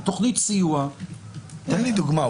היא תוכנית סיוע --- תן לי דוגמה.